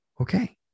Okay